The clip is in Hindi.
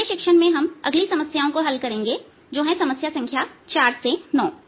अगले शिक्षण में हम अगली समस्याओं को हल करेंगे जो है समस्या संख्या 4 से 9